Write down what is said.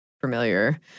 familiar